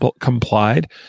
complied